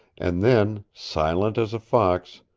and then, silent as a fox,